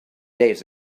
days